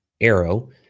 Arrow